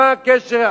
מה הקשר?